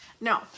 No